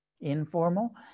informal